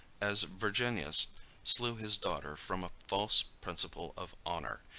as virginius slew his daughter from a false principle of honor,